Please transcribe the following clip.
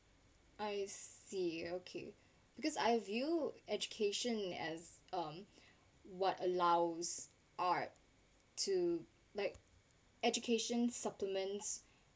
I see okay because I view education as um what allows art to like education supplements